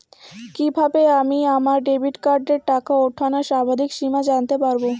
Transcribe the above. কিভাবে আমি আমার ডেবিট কার্ডের টাকা ওঠানোর সর্বাধিক সীমা জানতে পারব?